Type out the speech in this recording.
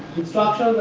instruction,